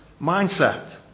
mindset